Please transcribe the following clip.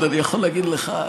אני עוד אני יכול להגיד לך,